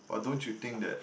but don't you think that